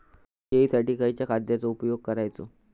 शेळीसाठी खयच्या खाद्यांचो उपयोग करायचो?